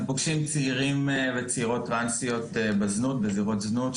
אנחנו פוגשים צעירים טרנסים וצעירות טרנסיות בזירות זנות,